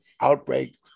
outbreak